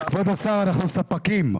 כבוד השר, אנחנו ספקים.